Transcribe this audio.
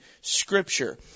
Scripture